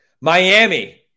Miami